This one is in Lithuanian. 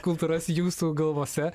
kultūras jūsų galvose